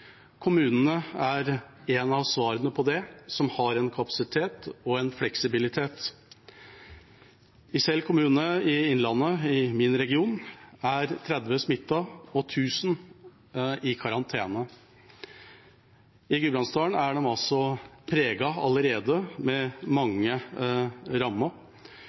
Kommunene er ett av svarene på det, som har kapasitet og fleksibilitet. I Sel kommune i Innlandet, i min region, er 30 smittet og 1 000 i karantene. I Gudbrandsdalen er de altså preget allerede, med mange